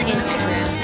Instagram